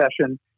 session